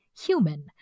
human